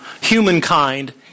Humankind